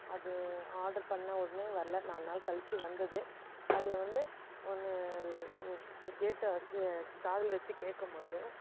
அது ஆர்டர் பண்ண உடனே வரல நாலு நாள் கழித்து வந்தது அதில் வந்து ஒன்று உ இப்போ கேட்ட கே காதில் வச்சு கேட்கும்போது